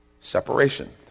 Separation